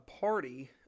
party